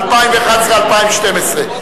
ל-2011 ול-2012,